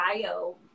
bio